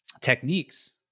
techniques